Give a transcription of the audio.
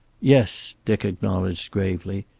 yes, dick acknowledged gravely.